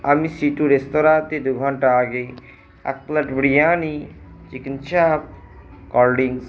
আমি C two রেস্তোরাঁতে দু ঘন্টা আগে এক plate biryani chicken chaap cold drinks